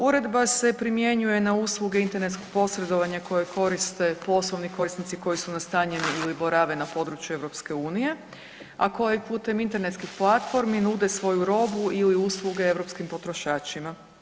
Uredba se primjenjuje na usluge internetskog posredovanja koje koriste poslovni korisnici koji su nastanjeni ili borave na području EU, a kojim putem internetskih platformi nude svoju robu ili usluge europskim potrošačima.